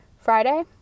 Friday